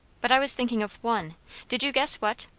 but i was thinking of one did you guess what?